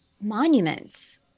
monuments